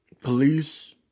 Police